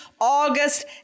August